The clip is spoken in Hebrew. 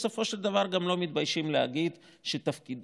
בסופו של דבר הם גם לא מתביישים להגיד שהם